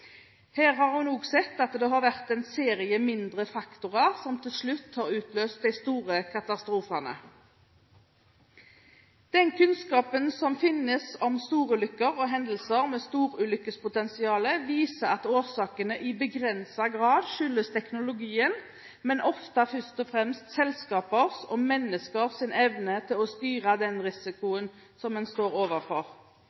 Her har en også sett at det har vært en serie mindre faktorer som til slutt har utløst de store katastrofene. Den kunnskapen som finnes om storulykker og hendelser med storulykkespotensial, viser at årsakene i begrenset grad skyldes teknologien. Det skyldes ofte først og fremst selskapers og menneskers evne til å styre den